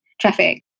traffic